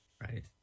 Right